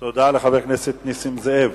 תודה לחבר הכנסת נסים זאב.